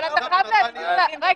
אבל אתה חייב ל --- הנה,